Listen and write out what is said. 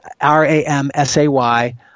R-A-M-S-A-Y